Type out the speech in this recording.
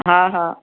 हा हा